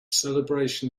celebration